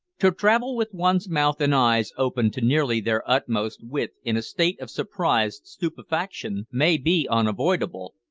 to travel with one's mouth and eyes opened to nearly their utmost width in a state of surprised stupefaction, may be unavoidable,